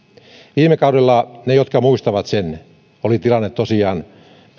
viime kaudella ne jotka muistavat sen oli tilanne tosiaan